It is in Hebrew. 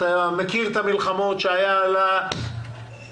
אתה מכיר את המלחמות שהיו על האנדרטאות.